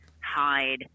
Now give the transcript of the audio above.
hide